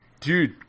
Dude